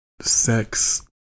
sex